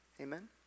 amen